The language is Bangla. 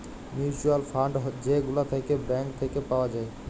মিউচুয়াল ফান্ড যে গুলা থাক্যে ব্যাঙ্ক থাক্যে পাওয়া যায়